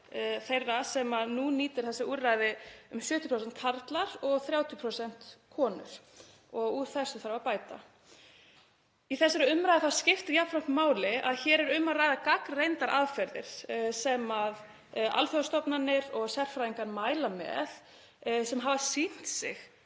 þeirra sem nú nýta þessi úrræði um 70% karlar og 30% konur og úr þessu þarf að bæta. Í þessari umræðu þá skiptir jafnframt máli að hér er um að ræða gagnreyndar aðferðir sem alþjóðastofnanir og sérfræðingar mæla með. Þær hafa sýnt sig